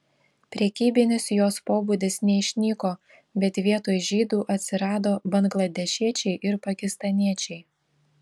prekybinis jos pobūdis neišnyko bet vietoj žydų atsirado bangladešiečiai ir pakistaniečiai